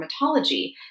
dermatology